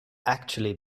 actually